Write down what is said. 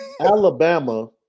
Alabama